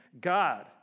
God